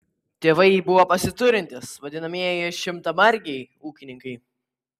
tėvai buvo pasiturintys vadinamieji šimtamargiai ūkininkai